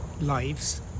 lives